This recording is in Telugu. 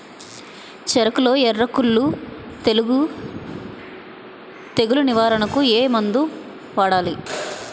చెఱకులో ఎర్రకుళ్ళు తెగులు నివారణకు ఏ మందు వాడాలి?